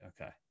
Okay